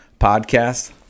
podcast